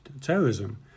terrorism